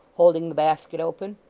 holding the basket open.